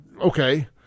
Okay